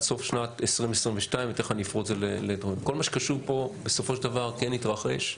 סוף שנת 2022. כל מה שכתוב פה בסופו של דבר כן התרחש,